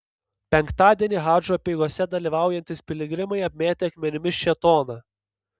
penktadienį hadžo apeigose dalyvaujantys piligrimai apmėtė akmenimis šėtoną